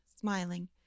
smiling